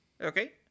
Okay